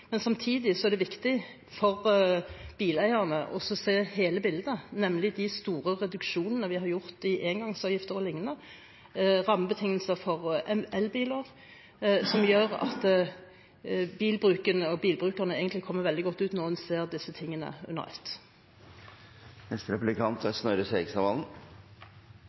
men samtidig er det viktig for bileierne å se hele bildet, nemlig at de store reduksjonene vi har gjort i engangsavgifter o.l., rammebetingelser for elbiler, gjør at bilbrukerne egentlig kommer veldig godt ut når en ser disse tingene under